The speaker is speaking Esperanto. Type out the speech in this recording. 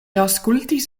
aŭskultis